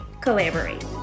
Collaborate